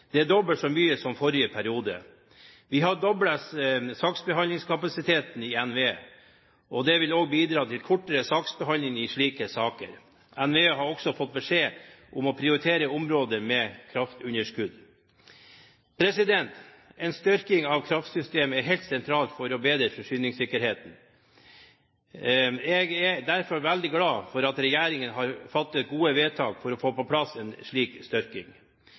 er dobbelt så mye som i forrige periode. Vi har doblet saksbehandlingskapasiteten i NVE, og det vil bidra til kortere saksbehandling i slike saker. NVE har også fått beskjed om å prioritere områder med kraftunderskudd. En styrking av kraftsystemet er helt sentralt for å bedre forsyningssikkerheten. Jeg er derfor veldig glad for at regjeringen har fattet gode vedtak for å få på plass en slik styrking.